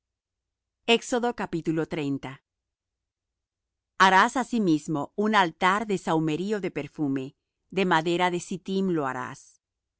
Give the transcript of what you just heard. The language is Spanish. ellos yo jehová su dios haras asimismo un altar de sahumerio de perfume de madera de sittim lo harás